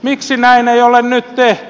miksi näin ei ole nyt tehty